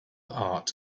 art